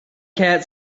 cat